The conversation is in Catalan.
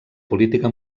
política